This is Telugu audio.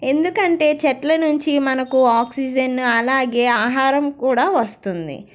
ఎందుకంటే చెట్ల నుంచి మనకు ఆక్సిజన్ అలాగే ఆహారం కూడా వస్తుంది